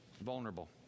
vulnerable